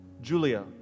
Julia